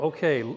Okay